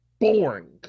boring